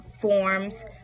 forms